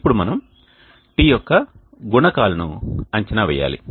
ఇప్పుడు మనము τ యొక్క గుణకాలను అంచనా వేయాలి